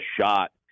shot